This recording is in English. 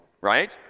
Right